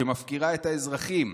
שמפקירה את האזרחים.